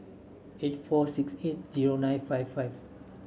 eight four six eight zero nine five five